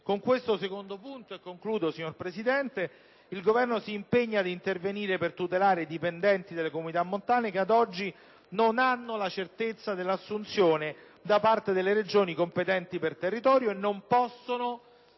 Con questo secondo punto il Governo si impegna ad intervenire per tutelare i dipendenti delle comunità montane, che ad oggi non hanno la certezza dell'assunzione da parte delle Regioni competenti per territorio e non possono,